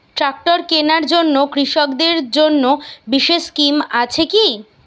Tractor কেনার জন্য কৃষকদের জন্য বিশেষ স্কিম আছে কি?